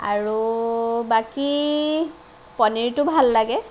আৰু বাকী পনীৰটো ভাল লাগে